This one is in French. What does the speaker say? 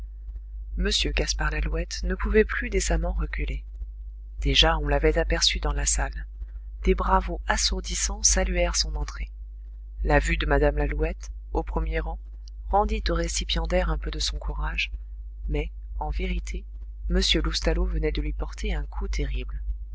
m gaspard lalouette ne pouvait plus décemment reculer déjà on l'avait aperçu dans la salle des bravos assourdissants saluèrent son entrée la vue de mme lalouette au premier rang rendit au récipiendaire un peu de son courage mais en vérité m loustalot venait de lui porter un coup terrible